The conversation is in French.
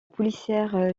policière